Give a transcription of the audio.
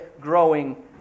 growing